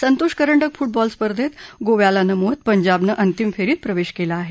संतोष करंडक फुटबॉल स्पर्धेत गोव्याला नमवत पंजाबनं अंतिम फेरीत प्रवेश केला आहे